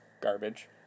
garbage